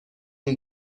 اون